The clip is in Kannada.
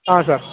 ಹಾಂ ಸರ್